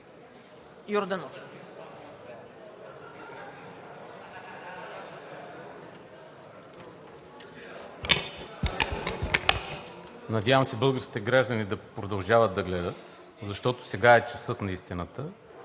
Надявам се българските граждани да продължават да гледат, защото сега е часът на истината.